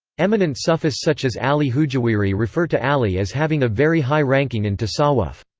eminent sufis such as ali hujwiri refer to ali as having a very high ranking in tasawwuf.